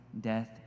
death